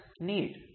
need